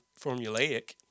formulaic